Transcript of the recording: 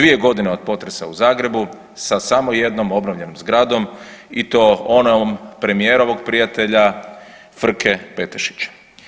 2 godine od potresa u Zagrebu, sa samo jednom obnovljenom zgradom i to onom premijerovog prijatelja Frke Petešića.